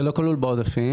זה לא כלול בעודפים.